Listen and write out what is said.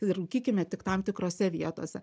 rūkykime tik tam tikrose vietose